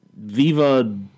Viva